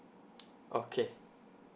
okay